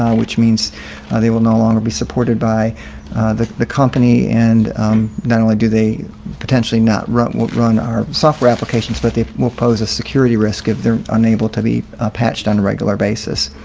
which means they will no longer be supported by the the company. and not only do they potentially not run run our software applications, but they will pose a security risk if they're unable to be patched on a regular basis.